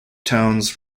towns